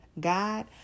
God